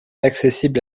accessible